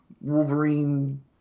Wolverine